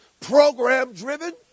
program-driven